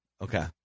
Okay